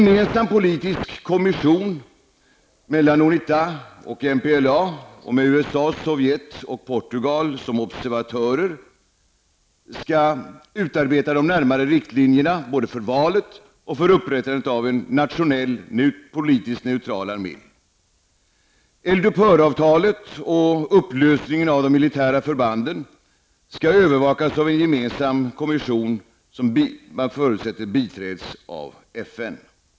MPLA och med USA, Sovjet och Portugal som observatörsnationer skall utarbeta de närmare riktlinjerna för både valet och upprättandet av en nationell och politiskt neutral armé. Eldupphör avtalet och upplösningen av de militära förbanden skall övervakas av en gemensam kommission som förutsätts biträdas av FN.